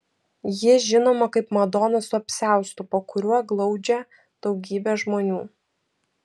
ji žinoma kaip madona su apsiaustu po kuriuo glaudžia daugybę žmonių